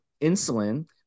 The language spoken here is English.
insulin